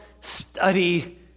study